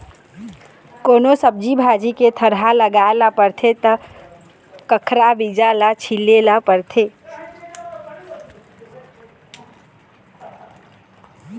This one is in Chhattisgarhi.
कोनो सब्जी भाजी के थरहा लगाए ल परथे त कखरा बीजा ल छिचे ल परथे